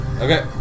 Okay